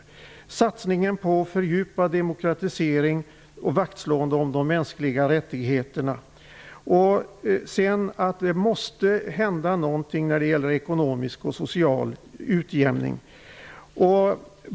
Det gäller framför allt satsningen på fördjupad demokratisering och vaktslåendet om de mänskliga rättigheterna. Det måste också ske en ekonomisk och social utjämning.